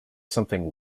something